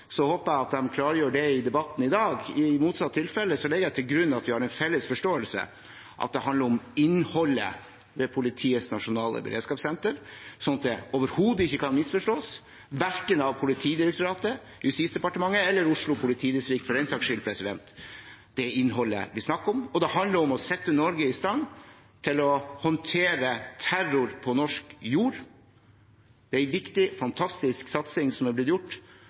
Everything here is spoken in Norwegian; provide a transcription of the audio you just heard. håper jeg at de klargjør det i debatten i dag. I motsatt tilfelle legger jeg til grunn at vi har en felles forståelse, at det handler om innholdet ved Politiets nasjonale beredskapssenter, slik at det overhodet ikke kan misforstås, verken av Politidirektoratet, Justisdepartementet eller av Oslo politidistrikt, for den saks skyld. Det er innholdet vi snakker om, og det handler om å sette Norge i stand til å håndtere terror på norsk jord. Det er en viktig, fantastisk satsing som er blitt gjort